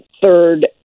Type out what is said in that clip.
third